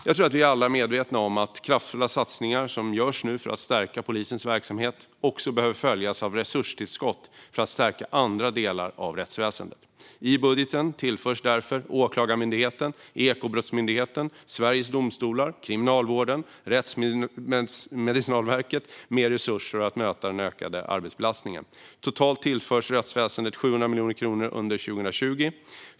Jag tror att vi alla är medvetna om att kraftfulla satsningar som nu görs för att stärka polisens verksamhet också behöver följas av resurstillskott för att stärka andra delar av rättsväsendet. I budgeten tillförs därför Åklagarmyndigheten, Ekobrottsmyndigheten, Sveriges Domstolar, Kriminalvården och Rättsmedicinalverket mer resurser för att möta den ökade arbetsbelastningen. Totalt tillförs rättsväsendet 700 miljoner kronor under 2020.